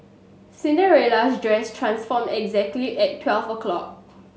Cinderella's dress transformed exactly at twelve o'clock